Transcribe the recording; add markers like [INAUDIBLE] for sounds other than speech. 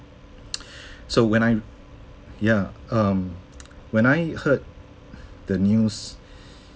[NOISE] so when I ya um [NOISE] when I heard the news